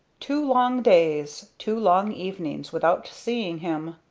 two long days two long evenings without seeing him.